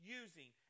using